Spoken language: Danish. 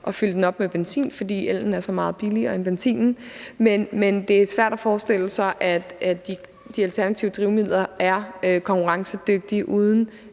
og fylde den op med benzin, fordi ellen er så meget billigere end benzinen, men det er svært at forestille sig, at de alternative drivmidler er konkurrencedygtige, uden